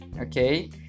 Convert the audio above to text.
Okay